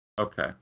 Okay